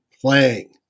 playing